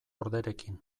orderekin